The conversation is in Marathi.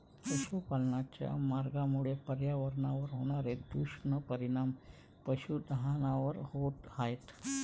पशुपालनाच्या मार्गामुळे पर्यावरणावर होणारे दुष्परिणाम पशुधनावर होत आहेत